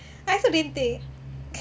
I also didn't think